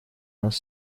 нас